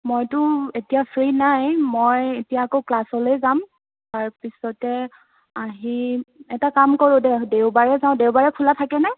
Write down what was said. মইটো এতিয়া ফ্ৰি নাই মই এতিয়া আকৌ ক্লাছলৈ যাম তাৰপিছত আহি এটা কাম কৰোঁ দে দেওবাৰে যাওঁ দেওবাৰে খোলা থাকে নে